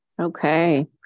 Okay